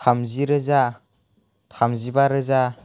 थामजि रोजा थामजिबा रोजा